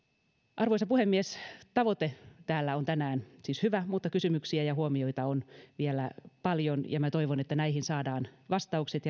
arvoisa puhemies tavoite täällä on tänään siis hyvä mutta kysymyksiä ja huomioita on vielä paljon ja minä toivon että näihin saadaan vastaukset